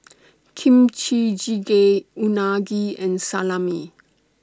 Kimchi Jjigae Unagi and Salami